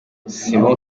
simon